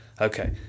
okay